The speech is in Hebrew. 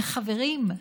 וחברים,